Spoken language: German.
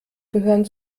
gehören